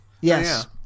Yes